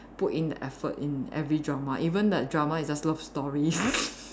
put in the effort in every drama even the drama is just love story